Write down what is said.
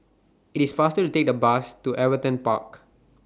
IT IS faster to Take The Bus to Everton Park